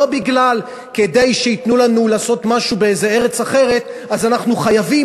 לא כדי שייתנו לנו לעשות משהו בארץ אחרת אז אנחנו חייבים,